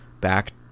back